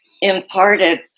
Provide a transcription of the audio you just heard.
imparted